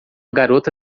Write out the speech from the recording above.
garota